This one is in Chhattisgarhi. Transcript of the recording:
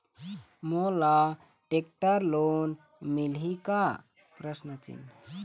मोला टेक्टर लोन मिलही का?